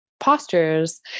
postures